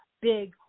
big